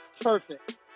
Perfect